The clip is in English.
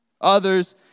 Others